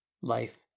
life